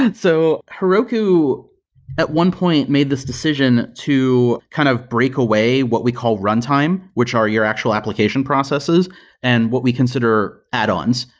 and so heroku at one point made this decision to kind of break away what we call runtime, which are your actual application processes and what we consider add-ons,